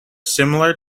similar